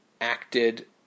acted